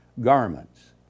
garments